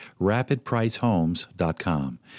RapidPriceHomes.com